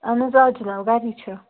اَہَن حظ آ جِناب گَری چھِ